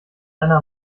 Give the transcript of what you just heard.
einer